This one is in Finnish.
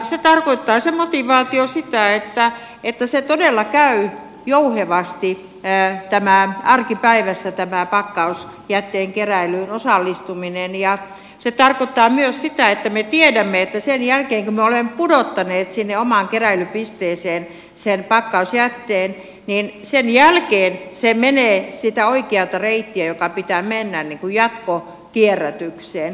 se motivaatio tarkoittaa sitä että todella käy jouhevasti arkipäivässä tämä pakkausjätteen keräilyyn osallistuminen ja se tarkoittaa myös sitä että me tiedämme että sen jälkeen kun me olemme pudottaneet sinne omaan keräilypisteeseen sen pakkausjätteen niin se menee sitä oikeata reittiä jota pitää mennä jatkokierrätykseen